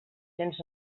cents